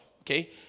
Okay